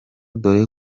dore